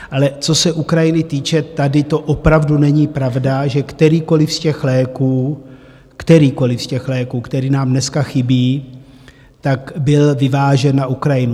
Ale co se Ukrajiny týče, tady to opravdu není pravda, že kterýkoliv z těch léků, kterýkoliv z těch léků, který nám dneska chybí, byl vyvážen na Ukrajinu.